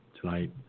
tonight